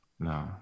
No